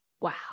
wow